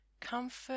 Comfort